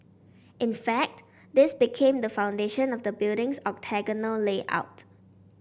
in fact this became the foundation of the building's octagonal layout